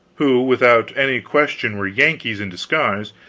who without any question were yankees in disguise,